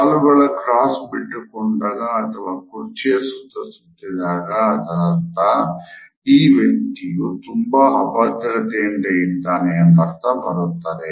ಕಾಲುಗಳ ಕ್ರಾಸ್ ಬಿಟ್ಟುಕೊಂಡಾಗ ಅಥವಾ ಕುರ್ಚಿಯ ಸುತ್ತ ಸುತ್ತಿದಾಗ ಅದರರ್ಥ ಆ ವ್ಯಕ್ತಿಯು ತುಂಬಾ ಅಭದ್ರತೆಯಿಂದ ಇದ್ದಾನೆ ಎಂಬರ್ಥ ಬರುತ್ತದೆ